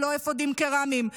ללא אפודים קרמיים.